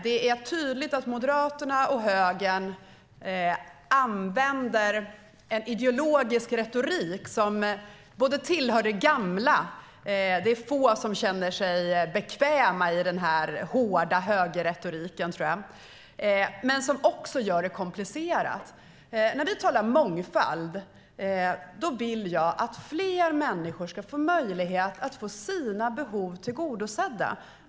Det är tydligt att Moderaterna och högern använder en ideologisk retorik som tillhör det gamla. Det är få som känner sig bekväma i den hårda högerretoriken. Det gör det också komplicerat. När vi talar mångfald vill jag att fler människor ska få möjlighet att få sina behov tillgodosedda.